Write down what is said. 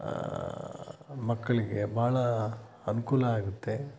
ಮಕ್ಕಳಿಗೆ ಭಾಳ ಅನುಕೂಲ ಆಗುತ್ತೆ